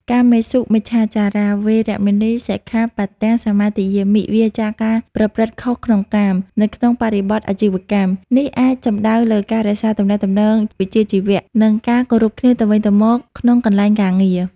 កាមេសុមិច្ឆាចារា វេរមណី សិក្ខាបទំ សមាទិយាមិ វៀរចាកការប្រព្រឹត្តខុសក្នុងកាម នៅក្នុងបរិបទអាជីវកម្ម នេះអាចសំដៅលើការរក្សាទំនាក់ទំនងវិជ្ជាជីវៈ និងការគោរពគ្នាទៅវិញទៅមកក្នុងកន្លែងការងារ។